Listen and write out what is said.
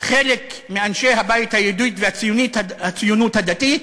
חלק מאנשי הבית היהודי והציונות הדתית